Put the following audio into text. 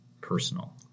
personal